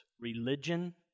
religion